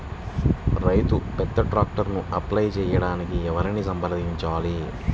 రైతు పెద్ద ట్రాక్టర్కు అప్లై చేయడానికి ఎవరిని సంప్రదించాలి?